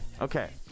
okay